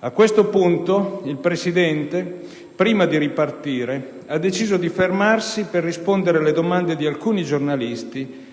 A questo punto il Presidente, prima di ripartire, ha deciso di fermarsi per rispondere alle domande di alcuni giornalisti